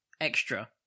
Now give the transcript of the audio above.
extra